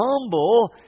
humble